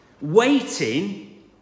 Waiting